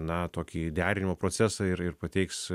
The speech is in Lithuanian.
na tokį derinimo procesą ir ir pateiks